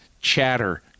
chatter